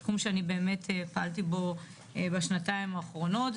תחום שאני באמת פעלתי בו בשנתיים האחרונות.